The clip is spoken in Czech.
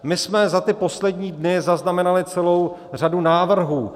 My jsme za ty poslední dny zaznamenali celou řadu návrhů.